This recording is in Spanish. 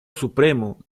supremo